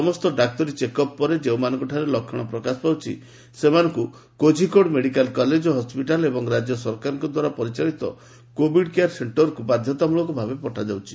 ସମସ୍ତ ଡାକ୍ତରୀ ଚେକ୍ଅପ୍ ପରେ ଯେଉଁମାନଙ୍କଠାରେ ଲକ୍ଷଣ ପ୍ରକାଶ ପାଉଛି ସେମାନଙ୍କୁ କୋଝିକୋଡ୍ ମେଡ଼ିକାଲ ହସ୍କିଟାଲ୍ ଏବଂ ରାଜ୍ୟ ସରକାରଙ୍କ ଦ୍ୱାରା ପରିଚାଳିତ କୋଭିଡ୍ କେୟାର ସେଣ୍ଟରକୁ ବାଧ୍ୟତାମୂଳକ ଭାବେ ପଠାଯାଉଛି